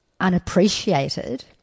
unappreciated